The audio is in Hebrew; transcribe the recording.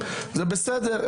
זה בסדר,